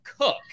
Cook